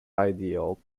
ideal